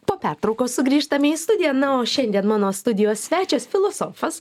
po pertraukos sugrįžtame į studiją na o šiandien mano studijos svečias filosofas